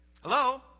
Hello